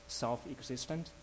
self-existent